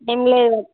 తినలేదు